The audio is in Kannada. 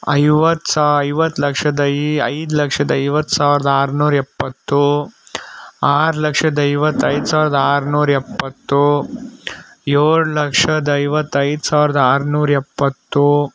ಐವತ್ತು ಸಾ ಐವತ್ತು ಲಕ್ಷದ ಐ ಐದು ಲಕ್ಷದ ಐವತ್ತು ಸಾವಿರದ ಆರುನೂರ ಎಪ್ಪತ್ತು ಆರು ಲಕ್ಷದ ಐವತ್ತೈದು ಸಾವಿರದ ಆರುನೂರ ಎಪ್ಪತ್ತು ಏಳು ಲಕ್ಷದ ಐವತ್ತೈದು ಸಾವಿರದ ಆರುನೂರ ಎಪ್ಪತ್ತು